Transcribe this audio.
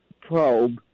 probe